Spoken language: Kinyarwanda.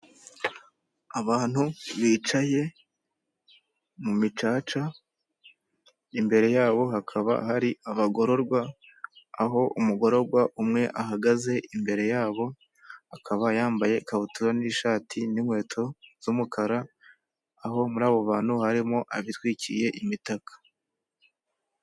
Abantu bicaye mu micaca imbere yabo hakaba hari abagororwa aho umugorogwa umwe ahagaze imbere yabo, akaba yambaye ikabutura n'ishati n'inkweto z'umukara, aho muri abo bantu harimo abitwikiye imitaka.